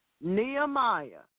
Nehemiah